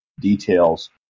details